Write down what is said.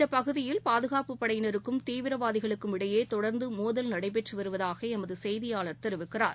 இந்தபகுதியில் பாதுகாப்புப் படையினருக்கும் தீவிரவாதிகளுக்கும் இடையேதொடர்ந்துமோதல் நடைபெற்றுவருவதாகஎமதுசெய்தியாளர் தெரிவிக்கிறார்